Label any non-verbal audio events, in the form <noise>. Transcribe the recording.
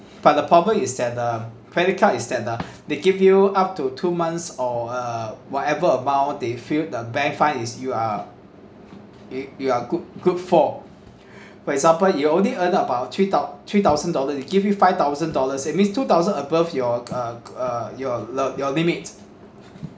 but the problem is that the credit card is that uh they give you up to two months or uh whatever amount they feel the bank fine is you uh yo~ you are good good for <breath> for example you only earn about three thou~ three thousand dollar they give you five thousand dollars it means two thousand above your uh uh your li~ your limit